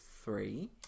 Three